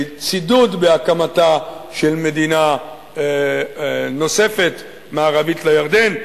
צידוד בהקמתה של מדינה נוספת מערבית לירדן,